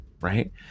right